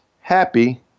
happy